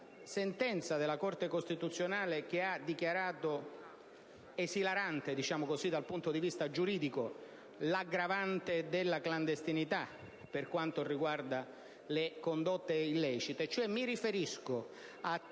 sentenza della Corte costituzionale, che ha dichiarato "esilarante dal punto di vista giuridico l'aggravante della clandestinità per quanto riguarda le condotte illecite. Mi riferisco